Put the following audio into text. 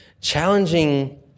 challenging